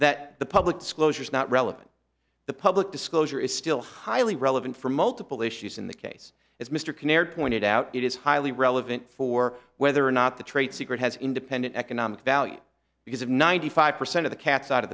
that the public disclosure is not relevant the public disclosure is still highly relevant for multiple issues in the case as mr canard pointed out it is highly relevant for whether or not the trade secret has independent economic value because of ninety five percent of the cat's out of